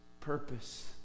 purpose